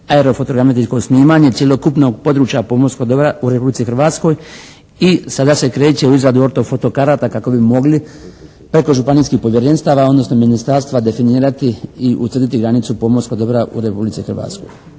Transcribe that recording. aerofotogeometrijsko snimanje cjelokupnog područja pomorskog dobra u Republici Hrvatskoj i sada se kreće orto-fotokarata kako bi mogli preko županijskih povjerenstava, odnosno ministarstva definirati i utvrditi granicu pomorskog dobra u Republici Hrvatskoj.